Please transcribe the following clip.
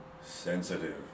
sensitive